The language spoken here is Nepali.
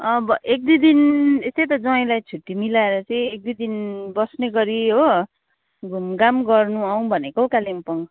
अब एक दुई दिन त्यही त ज्वाइँलाई छुट्टी मिलाएर चाहिँ एक दुई दिन बस्ने गरी हो घुमघाम गर्नु आऊँ भनेको कालिम्पोङ